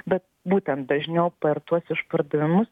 bet būtent dažniau per tuos išpardavimus